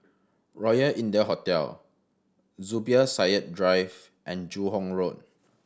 Royal India Hotel Zubir Said Drive and Joo Hong Road